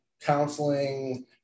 counseling